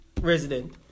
resident